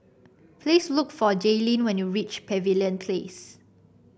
please look for Jalyn when you reach Pavilion Place